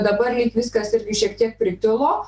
dabar lyg viskas šiek tiek pritilo